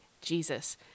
Jesus